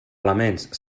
elements